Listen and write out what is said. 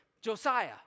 Josiah